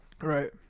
right